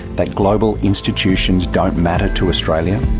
that global institutions don't matter to australia?